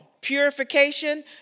Purification